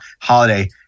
holiday